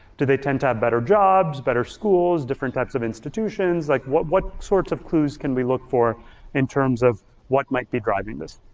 do they tend to have better jobs, better schools, different types of institutions, like what what sorts of clues can we look for in terms of what might be driving this?